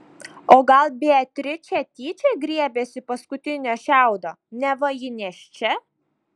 o gal beatričė tyčia griebėsi paskutinio šiaudo neva ji nėščia